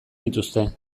dituzte